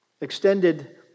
extended